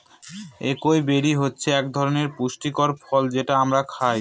একাই বেরি হচ্ছে এক ধরনের পুষ্টিকর ফল যেটা আমরা খায়